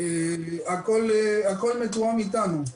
והכל מתואם איתנו.